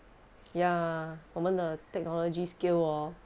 ya 我们的 technology skill lor